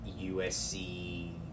USC